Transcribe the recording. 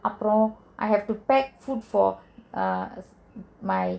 uproar I have to pack food for my